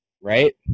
Right